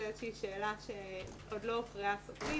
זו איזה שהיא שאלה שעוד לא הוכרעה סופית,